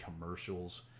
commercials